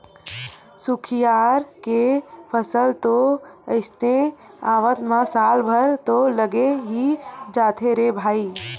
खुसियार के फसल तो अइसे आवत म साल भर तो लगे ही जाथे रे भई